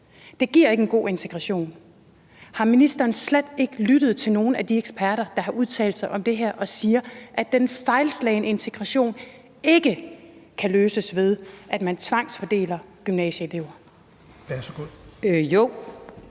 Det giver ikke en god integration. Har ministeren slet ikke lyttet til nogen af de eksperter, der har udtalt sig om det her, og som siger, at den fejlslagne integration ikke kan løses, ved at man tvangsfordeler gymnasieelever?